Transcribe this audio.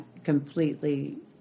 completely